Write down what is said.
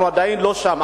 אנחנו עדיין לא שם.